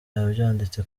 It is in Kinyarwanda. yabyanditse